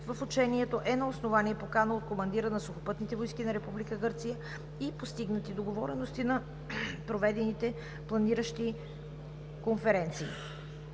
в учението е на основание покана от командира на Сухопътните войски на Република Гърция и постигнати договорености на проведените планиращи конференции.